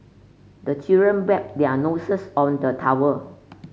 the children wipe their noses on the towel